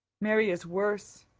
mary is worse.